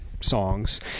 songs